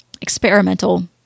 experimental